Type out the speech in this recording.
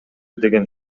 деген